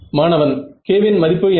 மாணவன் k வின் மதிப்பு என்ன